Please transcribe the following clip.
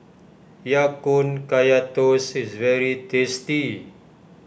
Ya Kun Kaya Toast is very tasty